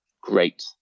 great